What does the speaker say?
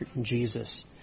Jesus